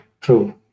true